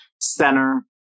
center